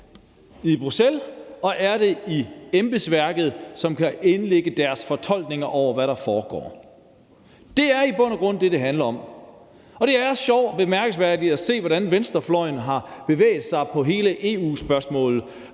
i Bruxelles og i embedsværket, som så kan lægge deres fortolkninger ind over, hvad der foregår. Det er i bund og grund det, det handler om, og det er sjovt og bemærkelsesværdigt at se, hvordan venstrefløjen har bevæget sig i hele EU-spørgsmålet.